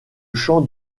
champ